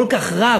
כל כך קשה,